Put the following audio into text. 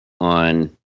on